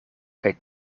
kaj